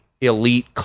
elite